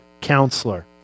counselor